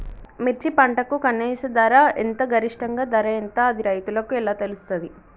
మిర్చి పంటకు కనీస ధర ఎంత గరిష్టంగా ధర ఎంత అది రైతులకు ఎలా తెలుస్తది?